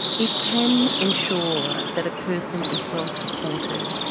it can ensure that a person is well supported.